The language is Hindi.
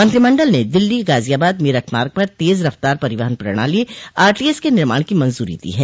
मंत्रिमंडल ने दिल्ली गाजियाबाद मेरठ मार्ग पर तेज रफ्तार परिवहन प्रणाली आरटीएस के निर्माण की मंजूरी दी है